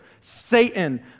Satan